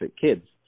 kids